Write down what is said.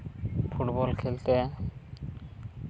football ᱠᱷᱮᱹᱞᱛᱮ